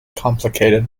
complicated